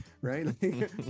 Right